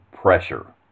pressure